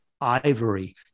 ivory